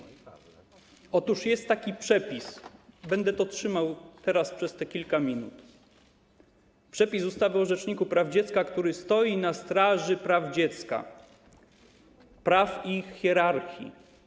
Otóż jest taki przepis - będę to trzymał przez kilka minut - ustawy o Rzeczniku Praw Dziecka, który stoi na straży praw dziecka, praw i ich hierarchii.